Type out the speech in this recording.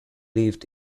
lived